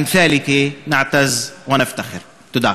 אנשים כמותך מביאים גאווה לכולנו.) תודה.